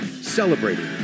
celebrating